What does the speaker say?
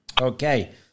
Okay